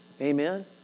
Amen